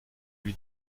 lui